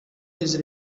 his